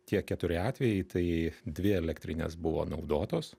tie keturi atvejai tai dvi elektrinės buvo naudotos